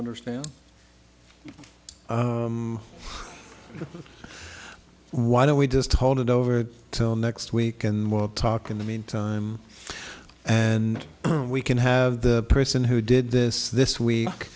understand why don't we just hold it over till next week and more talk in the meantime and we can have the person who did this this we